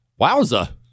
wowza